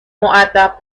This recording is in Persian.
مودب